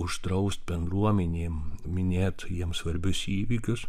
uždraust bendruomenei minėt jiems svarbius įvykius